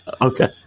okay